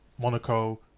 Monaco